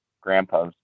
grandpa's